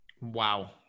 Wow